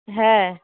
হ্যাঁ